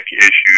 issues